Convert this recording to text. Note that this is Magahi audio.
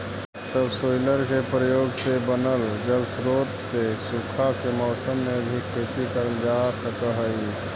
सबसॉइलर के प्रयोग से बनल जलस्रोत से सूखा के मौसम में भी खेती करल जा सकऽ हई